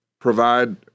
provide